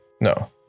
No